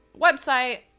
website